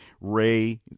Ray